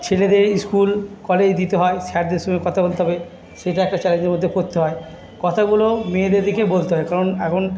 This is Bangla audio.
সেটা দিয়েই স্কুল কলেজে দিতে হয় স্যারদের সঙ্গে কথা বলতে হবে সেটা একটা চ্যালেঞ্জের মধ্যে পড়তে হয় কথাগুলো মেয়েদের থেকেই বলতে হয় কারণ এখন